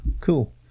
Cool